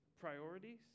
priorities